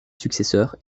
successeurs